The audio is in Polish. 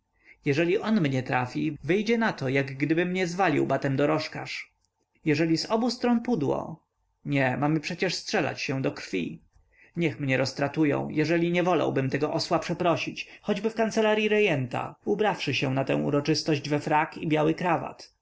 jeżeli on mnie trafi wyjdzie na to jak gdyby mnie zwalił batem dorożkarz jeżeli z obu stron pudło nie mamy przecież strzelać się do krwi niech mnie roztratują jeżeli nie wolałbym tego osła przeprosić choćby w kancelaryi rejenta ubrawszy się na tę uroczystość we frak i biały krawat